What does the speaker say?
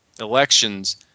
elections